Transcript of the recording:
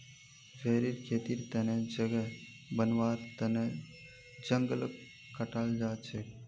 भेरीर खेतीर तने जगह बनव्वार तन जंगलक काटाल जा छेक